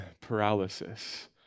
paralysis